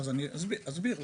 אסביר.